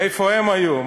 איפה הם היו,